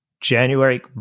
January